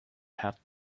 had